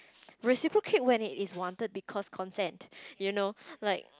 reciprocate when it is wanted because consent you know like